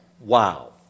wow